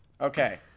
Okay